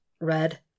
Red